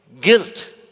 guilt